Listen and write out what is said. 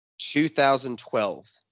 2012